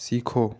सीखो